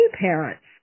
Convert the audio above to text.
parents